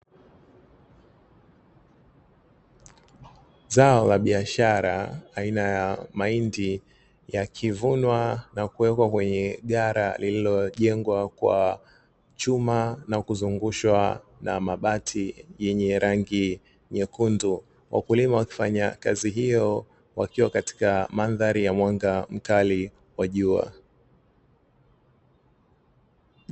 Zao la biashara aina ya mahindi ya kivunwa na kuwekwa kwenye gara lililojengwa kwa chuma na kuzungushwa na mabati yenye rangi nyekundu, wakulima wakifanya kazi hiyo wakiwa katika mandhari ya mwanga mkali wa jua.